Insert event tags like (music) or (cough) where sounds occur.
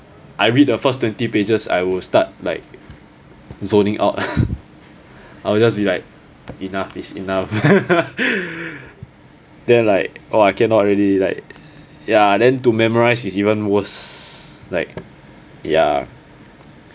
I read the first twenty pages i will start like zoning out (laughs) I'll just be like enough is enough (laughs) then like oh I cannot already like ya then to memorize is even worse like ya